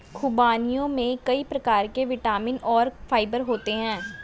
ख़ुबानियों में कई प्रकार के विटामिन और फाइबर होते हैं